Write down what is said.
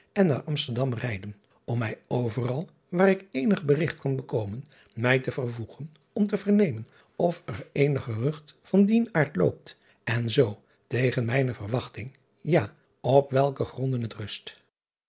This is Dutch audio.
en naar msterdam rijden om mij overal waar ik eenig berigt kan bekomen mij te vervoegen om te vernemen of er eenig gerucht van dien aard loopt en zoo tegen mijne verwachting ja op welke gronden het rust